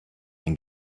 been